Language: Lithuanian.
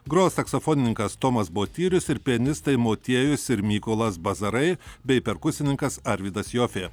gros saksofonininkas tomas botyrius ir pianistai motiejus ir mykolas bazarai bei perkusininkas arvydas jofė